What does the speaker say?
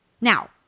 Now